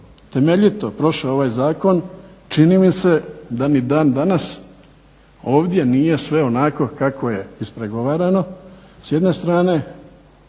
temeljito prošao ovaj zakon čini mi se da ni dan danas ovdje nije sve onako kako je ispregovarano s jedne strane,